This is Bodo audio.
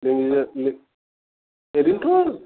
जोंनि ओरैनोथ'